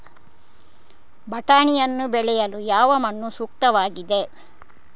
ಬಟಾಣಿಯನ್ನು ಬೆಳೆಯಲು ಯಾವ ಮಣ್ಣು ಸೂಕ್ತವಾಗಿದೆ?